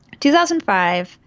2005